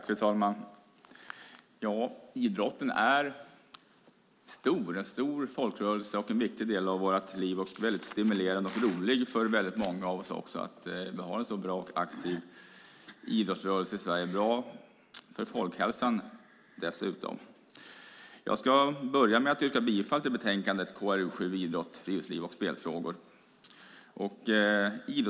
Fru talman! Idrotten är en stor folkrörelse och en viktig del av våra liv. Det är både stimulerande och roligt att vi har en så bra och aktiv idrottsrörelse i Sverige. Det är dessutom bra för folkhälsan. Jag ska börja med att yrka bifall till betänkandet KrU7 Idrott, friluftsliv och spelfrågor .